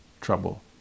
trouble